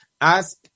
Ask